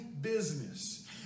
business